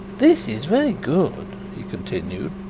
this is very good, he continued,